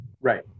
Right